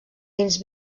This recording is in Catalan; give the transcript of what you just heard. dins